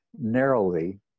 narrowly